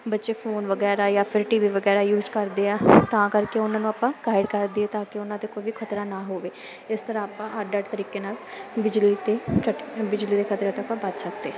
ਬੱਚੇ ਫੋਨ ਵਗੈਰਾ ਜਾਂ ਫਿਰ ਟੀ ਵੀ ਵਗੈਰਾ ਯੂਸ ਕਰਦੇ ਆ ਤਾਂ ਕਰਕੇ ਉਹਨਾਂ ਨੂੰ ਆਪਾਂ ਗਾਈਡ ਕਰ ਦੇਈਏ ਤਾਂ ਕਿ ਉਹਨਾਂ ਦੇ ਕੋਈ ਵੀ ਖ਼ਤਰਾ ਨਾ ਹੋਵੇ ਇਸ ਤਰਾਂ ਆਪਾਂ ਅੱਡ ਅੱਡ ਤਰੀਕੇ ਨਾਲ ਬਿਜਲੀ ਅਤੇ ਝਟ ਬਿਜਲੀ ਦੇ ਖ਼ਤਰਿਆਂ ਤੋਂ ਆਪਾਂ ਬਚ ਸਕਦੇ ਹਾਂ